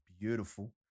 beautiful